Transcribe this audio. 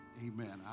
Amen